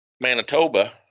Manitoba